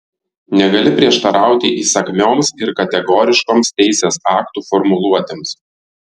negali prieštarauti įsakmioms ir kategoriškoms teisės aktų formuluotėms